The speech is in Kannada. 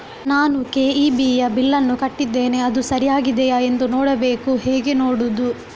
ನಾನು ಕೆ.ಇ.ಬಿ ಯ ಬಿಲ್ಲನ್ನು ಕಟ್ಟಿದ್ದೇನೆ, ಅದು ಸರಿಯಾಗಿದೆಯಾ ಎಂದು ನೋಡಬೇಕು ಹೇಗೆ ನೋಡುವುದು?